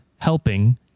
helping